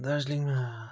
दार्जिलिङमा